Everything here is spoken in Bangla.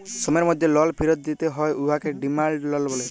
সময়ের মধ্যে লল ফিরত দিতে হ্যয় উয়াকে ডিমাল্ড লল ব্যলে